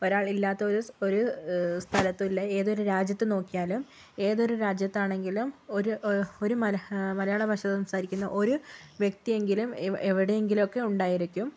ഒരാളില്ലാത്ത ഒരു ഒരു സ്ഥലത്തൂല്ല ഏതൊരു രാജ്യത്ത് നോക്കിയാലും ഏതൊരു രാജ്യത്താണെങ്കിലും ഒരു ഒരു മലയാളഭാഷ സംസാരിക്കുന്ന ഒരു വ്യക്തിയെങ്കിലും എവിടെങ്കിലുവൊക്കെ ഉണ്ടായിരിക്കും